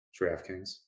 DraftKings